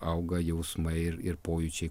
auga jausmai ir ir pojūčiai